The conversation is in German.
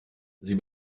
sie